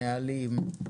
נהלים,